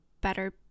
better